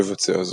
לבצע זאת".